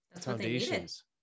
foundations